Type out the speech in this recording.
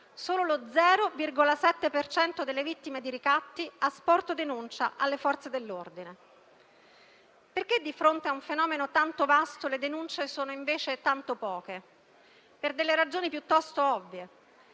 solo lo 0,7 per cento delle vittime di ricatti ha sporto denuncia alle forze dell'ordine. Perché, di fronte a un fenomeno tanto vasto, le denunce sono invece così poche? Per ragioni piuttosto ovvie: